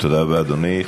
תודה רבה, אדוני.